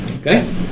Okay